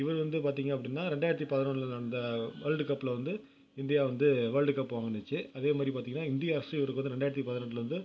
இவரு வந்து பார்த்தீங்க அப்படின்னா ரெண்டாயிரத்திப் பதனொன்றில் நடந்த வேர்ல்டு கப்பில் வந்து இந்தியா வந்து வேர்ல்டு கப் வாங்குனுச்சு அதே மாதிரி பார்த்தீங்கன்னா இந்திய அரசு இவருக்கு வந்து ரெண்டாயிரத்தி பதினெட்டில் வந்து